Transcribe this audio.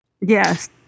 Yes